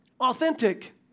authentic